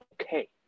okay